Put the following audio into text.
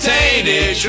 Tainted